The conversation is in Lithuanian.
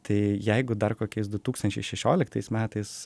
tai jeigu dar kokiais du tūkstančiai šešioliktais metais